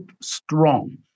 strong